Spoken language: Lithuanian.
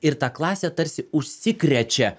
ir ta klasė tarsi užsikrečia